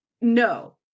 No